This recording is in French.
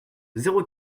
zéro